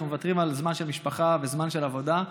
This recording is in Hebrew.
אנחנו מוותרים על זמן של משפחה ועל זמן של עבודה.